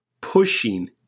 pushing